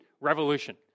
revolution